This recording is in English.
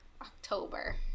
october